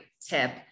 tip